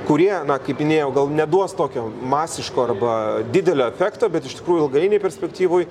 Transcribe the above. kurie na kaip minėjau gal neduos tokio masiško arba didelio efekto bet iš tikrųjų ilgainiui perspektyvoj